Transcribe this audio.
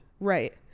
right